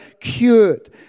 cured